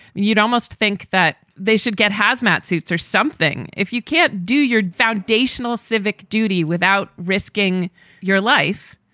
you'd almost think that they should get hazmat suits or something. if you can't do your foundational civic duty without risking your life,